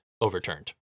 overturned